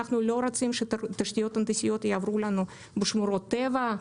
אנחנו לא רוצים שתשתיות הנדסיות יעברו לנו בשמורות טבע למשל.